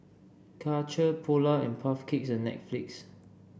Karcher Polar and Puff Cakes and Netflix